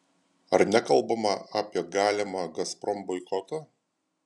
ar nekalbama apie galimą gazprom boikotą